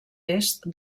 est